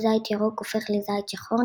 בו זית ירוק הופך לזית שחור,